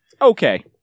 Okay